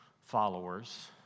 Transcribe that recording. followers